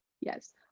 Yes